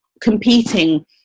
competing